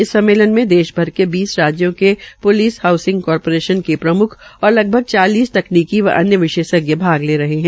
इस सम्मेलन में देशभर के बीस राज्यों के प्लिस हाऊसिंग कारपोरेशन के प्रमुख और लगभग चालीस तकनीकी व अन्य विशेषज्ञ भाग ले रह है